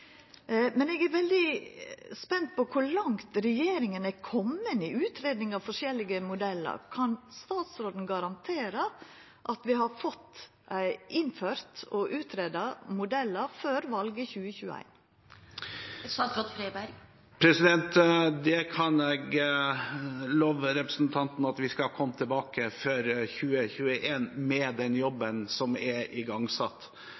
Eg er veldig spent på kor langt regjeringa har kome i utgreiinga av forskjellige modellar. Kan statsråden garantera at vi har fått greidd ut og innført modellar før valet i 2021? Jeg kan love representanten at vi skal komme tilbake før 2021 med den